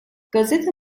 gazete